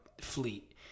fleet